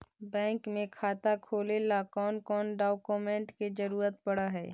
Bank में खाता खोले ल कौन कौन डाउकमेंट के जरूरत पड़ है?